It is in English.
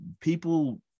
people